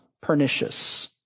pernicious